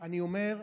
אני אומר,